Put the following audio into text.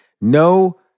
No